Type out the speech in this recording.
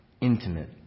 intimate